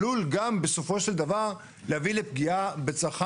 לגבי משלוחים,